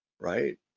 right